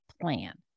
plan